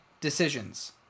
decisions